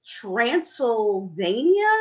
transylvania